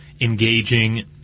Engaging